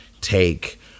take